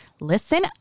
listen